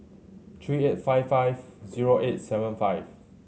three eight five five zero eight seven five